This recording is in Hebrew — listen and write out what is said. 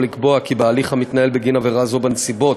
ולקבוע כי בהליך המתנהל בגין עבירה זו בנסיבות